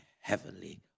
heavenly